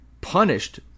punished